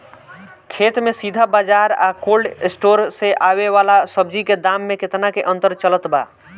खेत से सीधा बाज़ार आ कोल्ड स्टोर से आवे वाला सब्जी के दाम में केतना के अंतर चलत बा?